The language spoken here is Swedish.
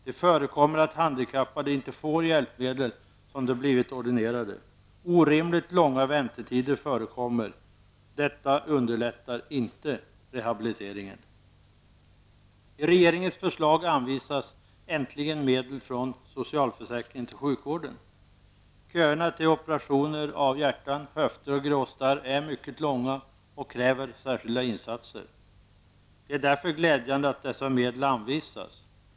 Det förekommer att handikappade inte får hjälpmedel som de blivit ordinerade. Orimligt långa väntetider förekommer. Detta underlättar inte rehabiliteringen. I regeringens förslag anvisas äntligen medel från socialförsäkringen till sjukvården. Köerna till operationer av hjärtan, höfter och gråstarr är mycket långa och kräver särskilda insatser. Det är därför glädjande att dessa medel anvisas.